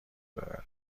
ببره